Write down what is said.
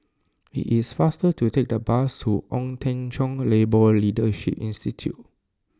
it is faster to take the bus to Ong Teng Cheong Labour Leadership Institute